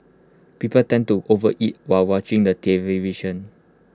people tend to overeat while watching the television